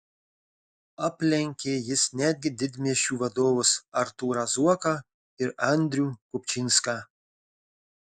aplenkė jis netgi didmiesčių vadovus artūrą zuoką ir andrių kupčinską